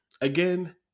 again